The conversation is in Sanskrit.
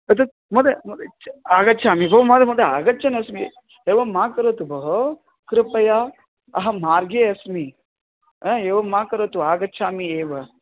तत् महोदय आगच्छामि भोः महोदय महोदय आगच्छन्नस्मि एवं मा करोतु भोः कृपया अहं मार्गे अस्मि एवं मा करोतु आगच्छामि एव